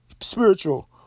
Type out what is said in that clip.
spiritual